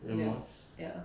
ya ya